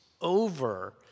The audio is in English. over